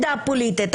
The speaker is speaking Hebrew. אותי,